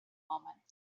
moments